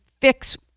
fix